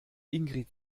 ingrid